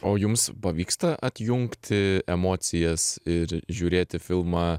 o jums pavyksta atjungti emocijas ir žiūrėti filmą